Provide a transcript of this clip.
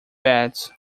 beds